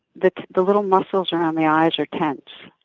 the the little muscles around the eyes are tense.